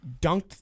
dunked